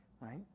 right